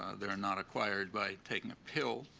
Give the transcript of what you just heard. ah they are not acquired by taking a pill.